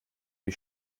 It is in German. wie